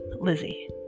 Lizzie